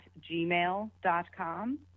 gmail.com